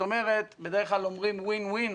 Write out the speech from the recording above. בדרך כלל אומרים וין-וין,